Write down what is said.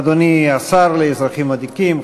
אדוני השר לאזרחים ותיקים,